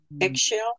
eggshell